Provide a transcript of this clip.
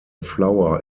flower